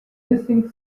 hissing